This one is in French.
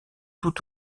tout